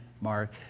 Mark